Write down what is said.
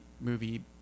movie